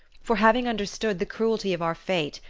for having understood the cruelty of our fate,